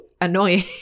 annoying